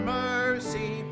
mercy